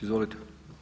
Izvolite.